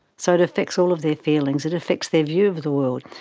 so it affects all of their feelings. it affects their view of the world.